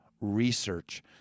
research